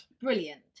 Brilliant